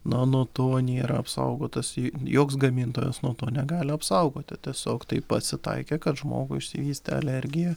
na nuo to nėra apsaugotas joks gamintojas nuo to negali apsaugoti tiesiog taip pasitaikė kad žmogui išsivystė alergija